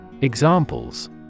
Examples